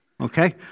Okay